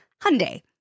Hyundai